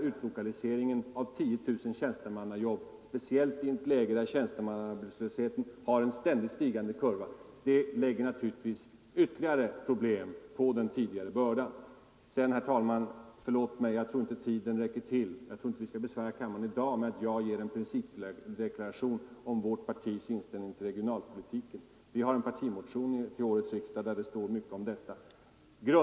Utlokaliseringen av 10 000 tjänstemannajobb, speciellt i ett läge där tjänstemannaarbetslösheten har en ständigt stigande kurva, lägger naturligtvis ytterligare problem på den tidigare bördan. Herr talman! Förlåt mig, jag tror inte tiden räcker till. Vi skall inte besvära kammaren i dag med en principdeklaration om mitt partis inställning till regionalpolitiken. Vi lämnade en partimotion till årets riksdag där det står mycket om detta.